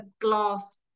glass